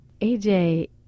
AJ